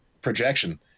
projection